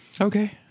Okay